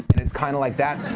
and it's kind of like that.